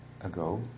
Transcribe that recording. ago